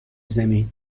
زمین